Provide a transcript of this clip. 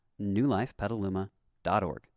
newlifepetaluma.org